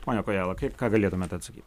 pone kojala kaip ką galėtumėm atsakyt